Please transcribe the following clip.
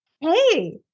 hey